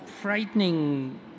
frightening